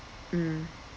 mm